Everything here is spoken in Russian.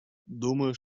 думаю